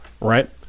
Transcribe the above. Right